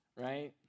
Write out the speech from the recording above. right